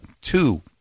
two